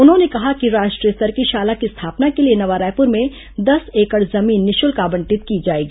उन्होंने कहा कि राष्ट्रीय स्तर की शाला की स्थापना के लिए नवा रायपुर में दस एकड़ जमीन निःशुल्क आवंटित की जाएगी